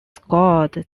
scored